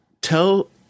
tell